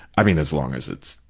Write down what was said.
i mean, as long as it's,